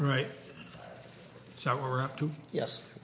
right now we're up to yes